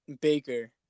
Baker